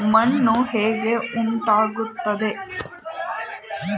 ಮಣ್ಣು ಹೇಗೆ ಉಂಟಾಗುತ್ತದೆ?